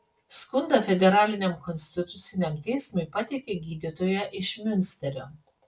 skundą federaliniam konstituciniam teismui pateikė gydytoja iš miunsterio